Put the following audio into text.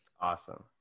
Awesome